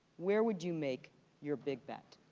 where would you make your big bet?